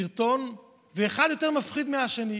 וסרטון, ואחד יותר מפחיד מהשני.